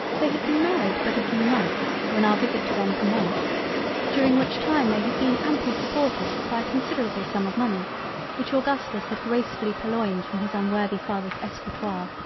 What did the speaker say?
they had been married but a few months when our visit to them commenced during which time they had been amply supported by a considerable sum of money which augustus had gracefully purloined from his unworthy father's escritoire,